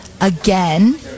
again